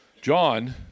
John